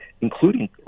including